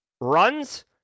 runs